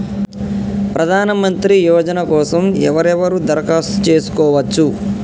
ప్రధానమంత్రి యోజన కోసం ఎవరెవరు దరఖాస్తు చేసుకోవచ్చు?